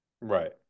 Right